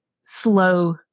slow